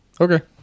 Okay